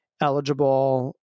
eligible